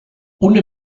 una